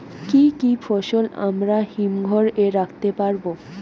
কি কি ফসল আমরা হিমঘর এ রাখতে পারব?